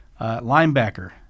Linebacker